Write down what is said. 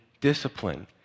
discipline